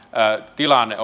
tilanne